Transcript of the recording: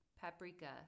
Paprika